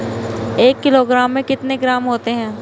एक किलोग्राम में कितने ग्राम होते हैं?